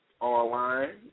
online